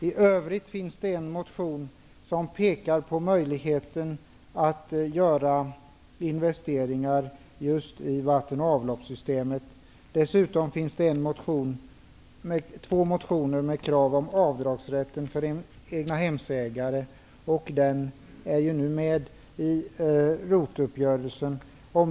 I övrigt pekar man i en motion på möjligheten att göra investeringar just i vatten och avloppssystemet. Dessutom finns det två motioner med krav på avdragsrätt för egnahemsägare. Detta finns nu med i ROT-uppgörelsen.